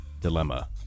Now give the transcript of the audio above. Dilemma